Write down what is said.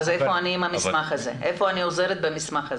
אז איפה אני עוזרת במסמך הזה?